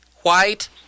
white